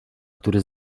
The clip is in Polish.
który